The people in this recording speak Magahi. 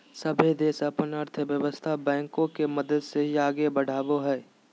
सभे देश अपन अर्थव्यवस्था बैंको के मदद से ही आगे बढ़ावो हय